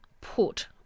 put